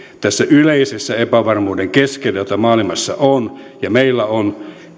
tämän yleisen epävarmuuden keskellä jota maailmassa ja meillä on